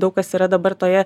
daug kas yra dabar toje